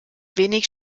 wenig